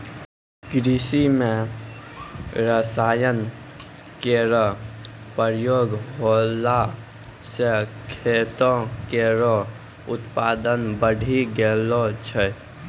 कृषि म रसायन केरो प्रयोग होला सँ खेतो केरो उत्पादन बढ़ी गेलो छै